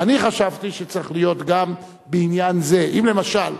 אני חשבתי שצריך להיות גם בעניין זה, אם למשל